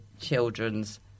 children's